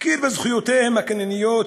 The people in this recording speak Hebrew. הכיר בזכויותיהם הקנייניות